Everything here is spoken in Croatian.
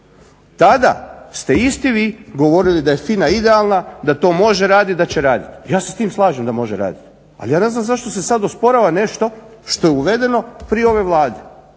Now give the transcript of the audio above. tada ste isti vi govorili da je FINA idealna, da to može raditi, da će raditi. Ja se s tim slažem da može raditi, ali ja ne znam zašto se sada osporava nešto što je uvedeno prije ove Vlade.